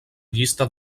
llista